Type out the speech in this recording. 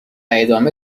ادامه